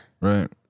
Right